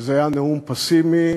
שזה היה נאום פסימי,